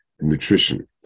nutrition